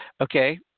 okay